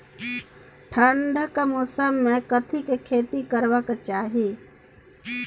ठंडाक मौसम मे कथिक खेती करबाक चाही?